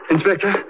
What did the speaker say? Inspector